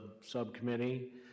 subcommittee